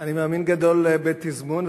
אני מאמין גדול בתזמון,